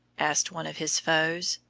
asked one of his foes.